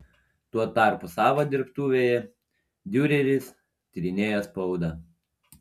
tuo tarpu savo dirbtuvėje diureris tyrinėjo spaudą